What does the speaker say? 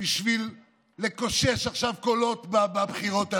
בשביל לקושש עכשיו קולות בבחירות הללו?